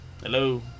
Hello